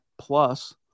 Plus